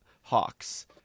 Hawks